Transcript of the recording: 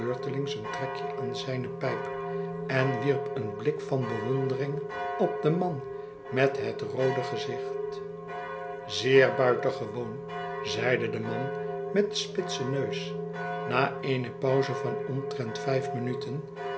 beurtelings een trekje aan zijne pijp en wierp een blik van bewondering op den man met het roode gezicht zeer buitengewoon zeide de man met den spitsen neus na eene pauze van omtrent vijf minuten